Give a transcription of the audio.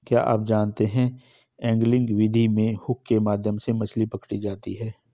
क्या आप जानते है एंगलिंग विधि में हुक के माध्यम से मछली पकड़ी जाती है